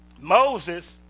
Moses